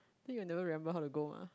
I think you never remember how to go mah